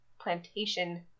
plantation